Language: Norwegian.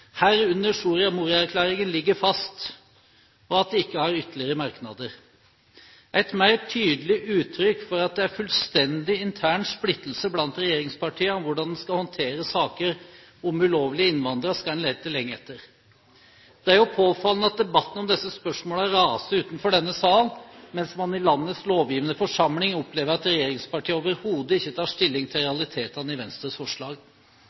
herunder Soria Moria-erklæringen, ligger fast, og at de ikke har ytterligere merknader. Et mer tydelig uttrykk for at det er fullstendig intern splittelse blant regjeringspartiene om hvordan en skal håndtere saker om ulovlige innvandrere, skal en lete lenge etter. Det er jo påfallende at debatten om disse spørsmålene raser utenfor denne sal, mens man i landets lovgivende forsamling opplever at regjeringspartiene overhodet ikke tar stilling til realitetene i Venstres forslag.